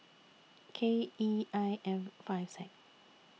K E I F five Z